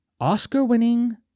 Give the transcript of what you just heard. Oscar-winning